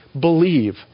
believe